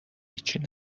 هیچی